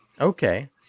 Okay